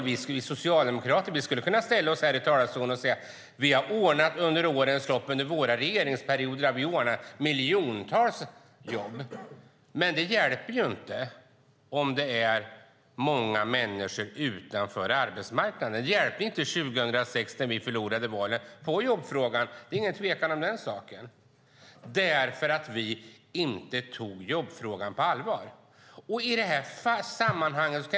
Vi socialdemokrater skulle kunna säga att vi under våra regeringsperioder har ordnat miljontals jobb. Det hjälper ju inte om många människor står utanför arbetsmarknaden. Det hjälpte inte 2006 när vi förlorade valet för att vi inte tog jobbfrågan på allvar.